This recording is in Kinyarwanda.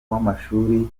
w’amashuri